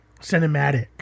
cinematic